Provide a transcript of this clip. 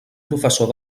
professor